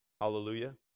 Hallelujah